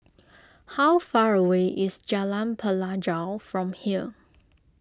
how far away is Jalan Pelajau from here